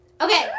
Okay